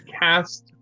cast